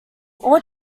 all